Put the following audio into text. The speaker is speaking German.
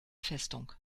festung